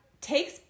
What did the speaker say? Takes